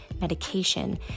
medication